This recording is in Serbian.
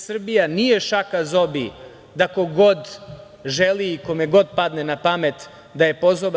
Srbija nije šaka zobi da ko god želi i kome god padne napamet da je pozoba.